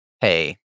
hey